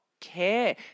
care